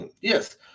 Yes